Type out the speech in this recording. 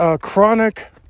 chronic